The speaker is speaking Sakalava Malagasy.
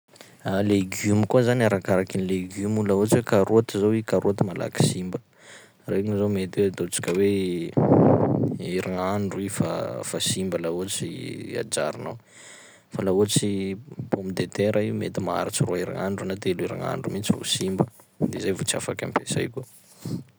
Legiomo koa zany arakaraky ny legiomo io laha ohatsy hoe karaoty zao i, karaoty malaky simba, regny zao mety hoe ataontsika hoe herignandro i fa- fa simba laha ohatsy ajarinao, fa laha ohatsy pomme de terre i mety maharitsy roa herignandro na telo herignandro mihitsy vao simba, de zay vao tsy afaky ampiasay koa.